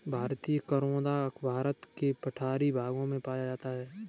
भारतीय करोंदा भारत के पठारी भागों में पाया जाता है